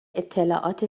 اطلاعات